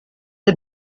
the